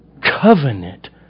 covenant